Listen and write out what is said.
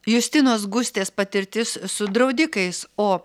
justinos gustės patirtis su draudikais o